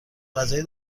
غذایی